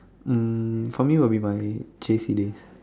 um for me would be my J_C days